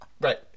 Right